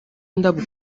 indabo